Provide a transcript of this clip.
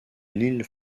lille